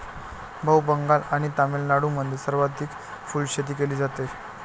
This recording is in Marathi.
भाऊ, बंगाल आणि तामिळनाडूमध्ये सर्वाधिक फुलशेती केली जाते